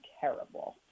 terrible